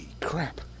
crap